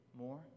more